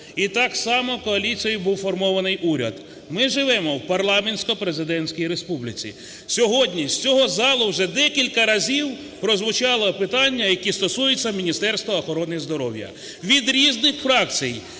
і так само коаліцією був формований уряд. Ми живемо в парламентсько-президентській республіці. Сьогодні з цього залу вже декілька разів прозвучали питання, які стосуються Міністерства охорони здоров'я, від різних фракцій: